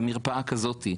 ומרפאה כזאתי.